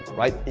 right?